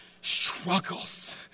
struggles